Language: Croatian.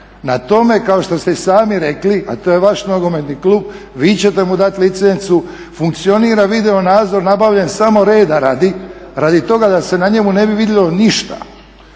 Na tome kao što ste i sami rekli, a to je vaš nogometni klub vi ćete mu dati licencu, funkcionira video nadzor nabavljen samo reda radi radi toga da se na njemu ne bi vidjelo ništa.